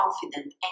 confident